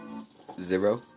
Zero